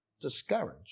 discouraged